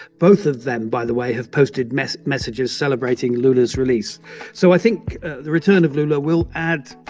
both of them, by the way, have posted messages messages celebrating lula's release so i think the return of lula will add,